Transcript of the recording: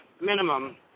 minimum